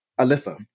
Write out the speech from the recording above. Alyssa